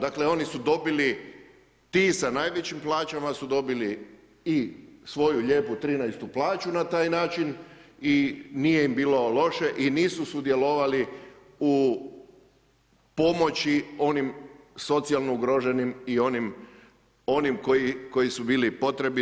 Dakle, oni su dobili, ti sa najvišim plaćama su dobili i svoju lijepu 13. plaću na taj način i nije im bilo loše i nisu sudjelovali u pomoći onim socijalno ugroženim i onim, koji su bili u potrebi.